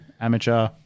amateur